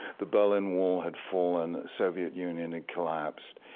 the berlin wall had fallen, soviet union had collapsed,